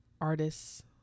artists